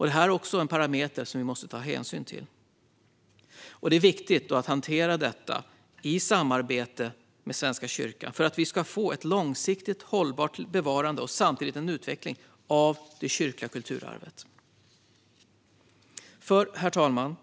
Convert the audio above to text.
Även detta är en parameter att ta hänsyn till. Det är viktigt att hantera detta i samarbete med Svenska kyrkan för att vi ska få ett långsiktigt hållbart bevarande och en utveckling av det kyrkliga kulturarvet. Herr talman!